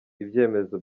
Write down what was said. ibyemezo